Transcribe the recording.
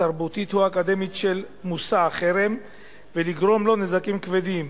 התרבותית או האקדמית של מושא החרם ולגרום לו נזקים כבדים,